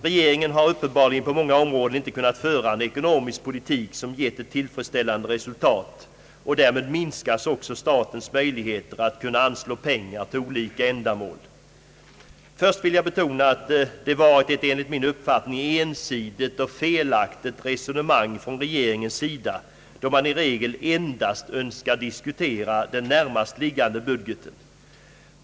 Regeringen har på många områden uppenbarligen inte kunnat föra en ekonomisk politik som gett ett tillfredsställande resultat, och därmed minskas också statens möjligheter att anslå pengar till olika ändamål. Först vill jag betona, att det varit ett enligt min uppfattning ensidigt och felaktigt resonemang från regeringens sida då man i regel endast önskat diskutera den närmast liggande budgeten.